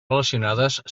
relacionades